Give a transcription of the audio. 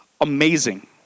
amazing